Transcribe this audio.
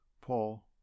Paul